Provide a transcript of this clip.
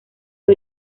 fue